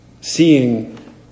seeing